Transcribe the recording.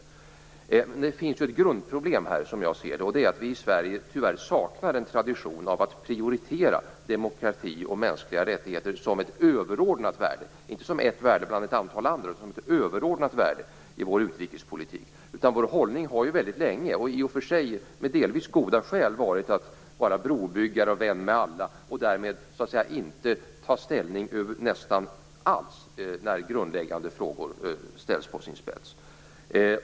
Men som jag ser det finns här ett grundproblem, och det är att vi i Sverige saknar en tradition att prioritera demokrati och mänskliga rättigheter som ett överordnat värde - inte som ett värde bland ett antal andra värden - i vår utrikespolitik. Vår hållning har delvis med goda skäl väldigt länge varit att vara brobyggare, vän med alla och därmed att inte ta ställning nästan till någonting alls när grundläggande frågor ställs på sin spets.